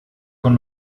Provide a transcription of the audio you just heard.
con